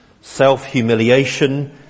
self-humiliation